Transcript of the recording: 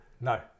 No